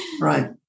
right